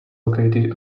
located